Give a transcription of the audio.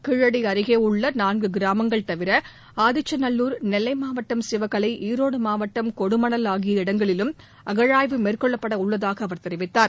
கீழடி அருகே உள்ள நான்கு கிராமங்கள் தவிர ஆதிச்சநல்லூர் நெல்லை மாவட்டம் சிவகலை ஈரோடு மாவட்டம் கொடுமணல் ஆகிய இடங்களிலும் அகழாய்வு மேற்கொள்ளப்பட உள்ளதாக அவர் தெரிவித்தார்